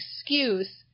excuse